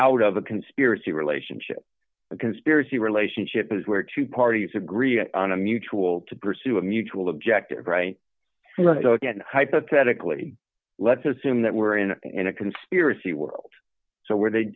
out of a conspiracy relationship a conspiracy relationship is where two parties agree on a mutual to pursue a mutual objective right so again hypothetically let's assume that we're in in a conspiracy world so where they